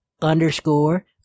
underscore